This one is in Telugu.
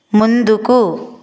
ముందుకు